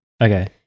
Okay